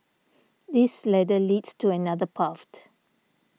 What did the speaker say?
this ladder leads to another